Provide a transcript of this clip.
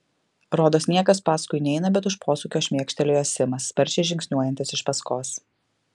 rodos niekas paskui neina bet už posūkio šmėkštelėjo simas sparčiai žingsniuojantis iš paskos